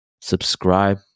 subscribe